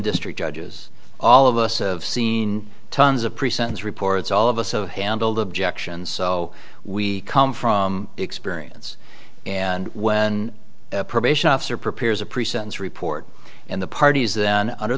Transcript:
district judges all of us have seen tons of pre sentence reports all of us have handled objections so we come from experience and when a probation officer prepares a pre sentence report and the parties then under